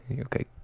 Okay